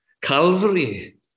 Calvary